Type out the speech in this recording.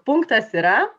punktas yra